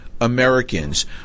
Americans